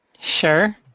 Sure